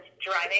driving